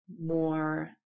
more